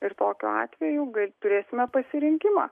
ir tokiu atveju gal turėsime pasirinkimą